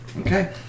Okay